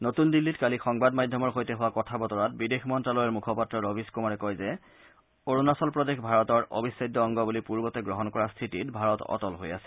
নতুন দিল্লীত কালি সংবাদ মাধ্যমৰ সৈতে হোৱা কথা বতৰাত বিদেশ মন্তালয়ৰ মূখপাত্ৰ ৰবীশ কুমাৰে কয় যে অৰুণাচল প্ৰদেশ ভাৰতৰ এটা অবিচ্ছেদ অংগ বুলি পূৰ্বতে গ্ৰহণ কৰা স্থিতিত ভাৰত অটল হৈ আছে